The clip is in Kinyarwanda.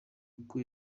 uko